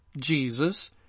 Jesus